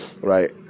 right